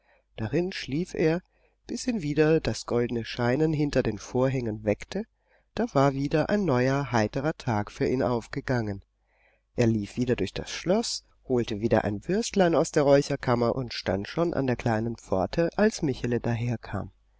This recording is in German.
darin schlief er bis ihn wieder das goldene scheinen hinter den vorhängen weckte da war wieder ein neuer heiterer tag für ihn aufgegangen er lief wieder durch das schloß holte wieder ein würstlein aus der räucherkammer und stand schon an der kleinen pforte als michele daherkam